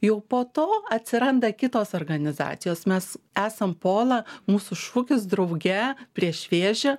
jau po to atsiranda kitos organizacijos mes esam pola mūsų šūkis drauge prieš vėžį